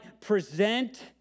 present